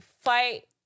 fight